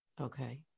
Okay